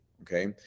okay